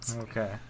Okay